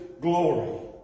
glory